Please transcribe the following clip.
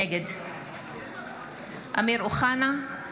נגד אמיר אוחנה,